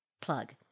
plug